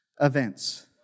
events